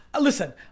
Listen